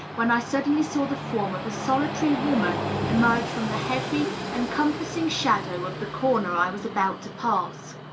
when i suddenly saw the form of a solitary woman emerge from the heavy encompassing shadow of the corner i was about to pass.